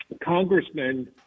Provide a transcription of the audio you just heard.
Congressman